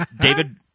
David –